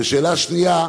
ושאלה שנייה: